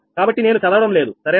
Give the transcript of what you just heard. కాబట్టి నేను చదవడం లేదు సరేనా